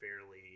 fairly